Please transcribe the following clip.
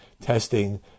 testing